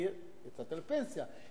כי יצאת לפנסיה,